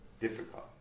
difficult